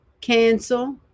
cancel